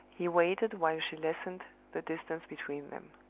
he waited while she lessened the distance between them.